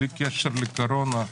בלי קשר לקורונה,